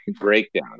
Breakdown